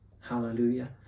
Hallelujah